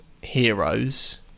heroes